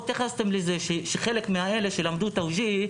לא התייחסתם לזה שחלק מאלה שלמדו תאוג'יהי,